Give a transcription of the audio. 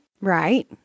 Right